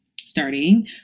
starting